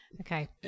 Okay